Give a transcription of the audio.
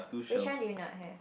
which one do you not have